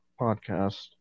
podcast